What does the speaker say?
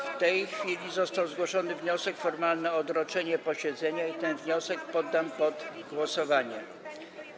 W tej chwili został zgłoszony wniosek formalny o odroczenie posiedzenia i ten wniosek poddam pod głosowanie.